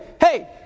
hey